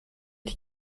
die